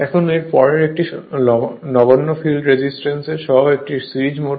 এখন এরপর এটি একটি নগণ্য ফিল্ড রেজিস্ট্যান্স সহ একটি সিরিজ মোটর